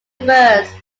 diverse